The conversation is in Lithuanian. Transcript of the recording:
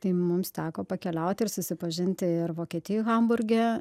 tai mums teko pakeliauti ir susipažinti ir vokietijoj hamburge